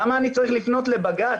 למה אני צריך לפנות לבג"ץ?